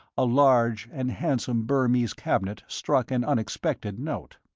a large and handsome burmese cabinet struck an unexpected note.